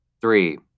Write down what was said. Three